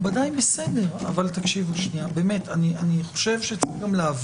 שנשמע את עמדתו של יו"ר ועדת